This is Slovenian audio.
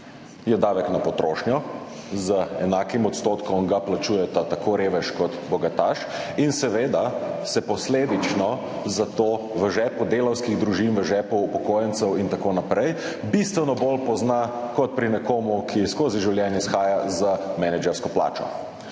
Je davek na potrošnjo, z enakim odstotkom ga plačujeta tako revež, kot bogataš. In seveda se zato posledično v žepu delavskih družin, v žepu upokojencev in tako naprej bistveno bolj pozna kot pri nekomu, ki skozi življenje shaja z menedžersko plačo.